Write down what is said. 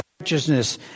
righteousness